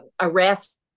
arrest